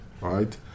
right